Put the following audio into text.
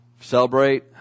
Celebrate